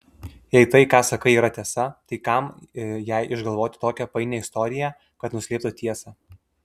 jei tai ką sakai yra tiesa tai kam jai išgalvoti tokią painią istoriją kad nuslėptų tiesą